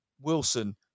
Wilson